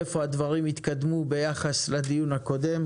איפה הדברים התקדמו ביחס לדיון הקודם,